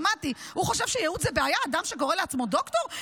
הוא חושב שייעוץ זה בעיה, אדם שקורא לעצמו דוקטור?